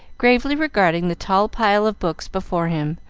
gravely regarding the tall pile of books before him,